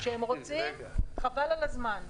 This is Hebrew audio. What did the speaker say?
כשהם רוצים, חבל על הזמן.